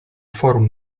forum